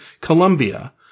Colombia